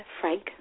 Frank